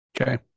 Okay